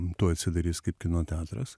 tuoj atsidarys kaip kino teatras